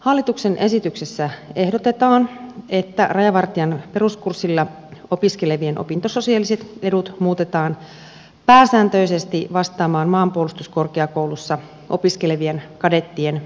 hallituksen esityksessä ehdotetaan että rajavartijan peruskurssilla opiskelevien opintososiaaliset edut muutetaan pääsääntöisesti vastaamaan maanpuolustuskorkeakoulussa opiskelevien kadettien etuja